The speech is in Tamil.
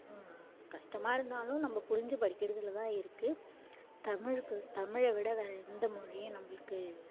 கஷ்டமா இருந்தாலும் நம்ம புரிஞ்சு படிக்கிறதில் தான் இருக்குது தமிழுக்கு தமிழை விட வேறே எந்த மொழியும் நம்மளுக்கு